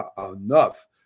enough